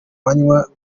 manywa